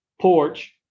porch